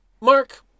mark